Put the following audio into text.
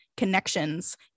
connections